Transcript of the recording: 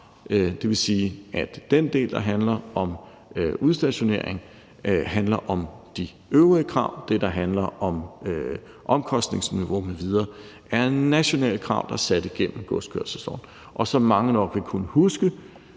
Det vil sige, at den del, der handler om udstationering, handler om de øvrige krav. Det, der handler om omkostningsniveau m.v., er nationale krav, der er sat igennem godskørselsloven. Som mange nok vil kunne huske